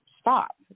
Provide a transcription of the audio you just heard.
stop